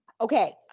Okay